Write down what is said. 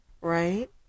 right